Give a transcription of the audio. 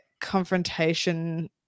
confrontation